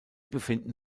befinden